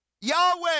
Yahweh